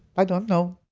i don't know.